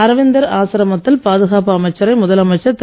அரவிந்தர் ஆசிரமத்தில் பாதுகாப்பு அமைச்சரை முதலமைச்சர் திரு